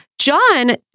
John